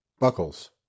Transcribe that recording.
Buckles